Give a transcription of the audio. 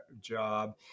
job